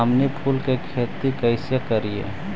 हमनी फूल के खेती काएसे करियय?